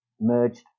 merged